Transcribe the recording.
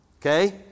Okay